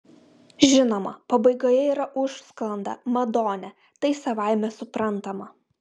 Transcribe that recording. žinoma pabaigoje yra užsklanda madone tai savaime suprantama